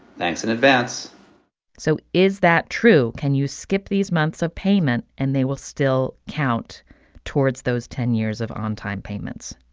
thanks in advance so is that true? can you skip these months of payment and they will still count towards those ten years of on time payments?